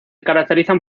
caracterizan